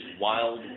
wild